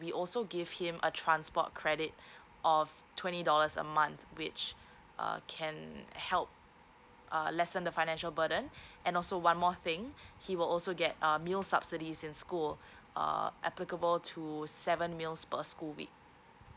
we also give him a transport credit of twenty dollars a month which uh can help uh lessen the financial burden and also one more thing he will also get um meal subsidies in school uh applicable to seven meals per school week